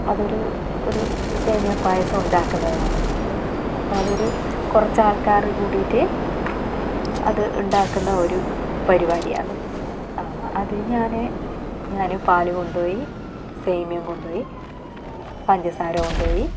അതൊരു ഒരു സേമിയ പായസം ഉണ്ടാക്കുന്നതാന്ന് അപ്പോൾ അതൊരു കുറച്ച് ആൾക്കാർ കൂടിയിട്ട് അത് ഉണ്ടാക്കുന്ന ഒരു പരുപാടിയാന്ന് അ അത് ഞാൻ ഞാൻ പാല് കൊണ്ടു പോയി സേമിയ കൊണ്ടു പോയി പഞ്ചസാര കൊണ്ട്പോയി